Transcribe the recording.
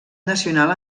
nacional